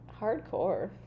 hardcore